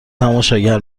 تماشاگر